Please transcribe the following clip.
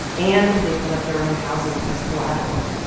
and they put up their own houses as collateral.